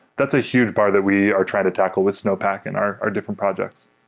that's a huge part that we are trying to tackle with snowpack and our our different projects